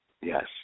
Yes